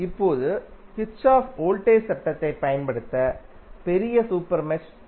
இப்போது Kirchhoff voltage சட்டத்தைப் பயன்படுத்த பெரிய சூப்பர் மெஷ் பயன்படுத்தப்படலாம்